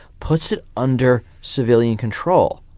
puts it under civilian control.